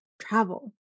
travel